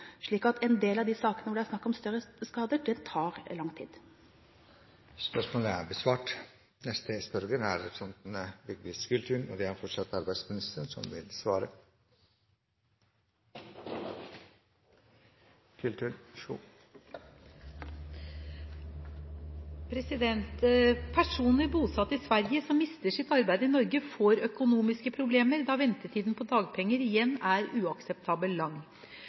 En del av de sakene hvor det er snakk om større skader, tar lang tid. Dette spørsmålet utsettes til neste spørretime, da statsråden er fraværende på grunn av deltakelse i begravelse. «Personer bosatt i Sverige som mister sitt arbeid i Norge, får økonomiske problemer da ventetiden på dagpenger igjen er uakseptabelt lang.